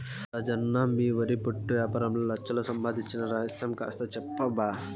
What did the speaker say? రాజన్న మీ వరి పొట్టు యాపారంలో లచ్ఛలు సంపాయించిన రహస్యం కాస్త చెప్పబ్బా